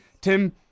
Tim